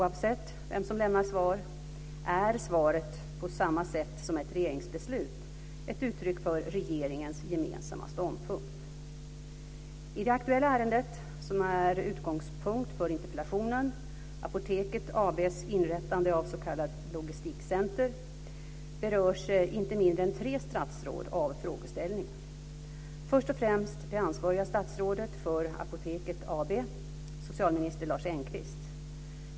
Oavsett vem som lämnar svar är svaret, på samma sätt som ett regeringsbeslut, ett uttryck för regeringens gemensamma ståndpunkt. I det aktuella ärende som är utgångspunkt för interpellationen - Apoteket AB:s inrättande av s.k. logistikcenter - berörs inte mindre än tre statsråd av frågeställningen. Först och främst berörs det ansvariga statsrådet för Apoteket AB socialminister Lars Engqvist.